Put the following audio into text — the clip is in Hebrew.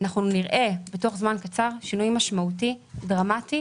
אנחנו נראה בתוך זמן קצר שינוי משמעותי דרמטי